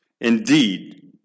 Indeed